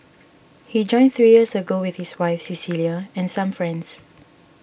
he joined three years ago with his wife Cecilia and some friends